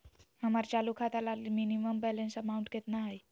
हमर चालू खाता ला मिनिमम बैलेंस अमाउंट केतना हइ?